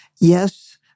Yes